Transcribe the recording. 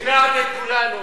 כולנו.